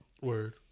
Word